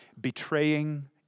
betraying